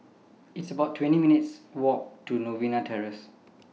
It's about twenty minutes' Walk to Novena Terrace